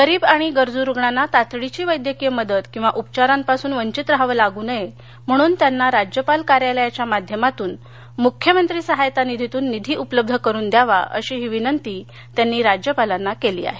गरीब आणि गरजू रुग्णांना तातडीची वैद्यकीय मदत किंवा उपचारांपासून वंचित राहावं लागू नये म्हणून त्यांना राज्यपाल कार्यालयाच्या माध्यमातून मुख्यमंत्री सहायता निधीतून उपलब्ध करून द्यावा अशीही विनंती त्यांनी राज्यपालांना केली आहे